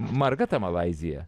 marga ta malaizija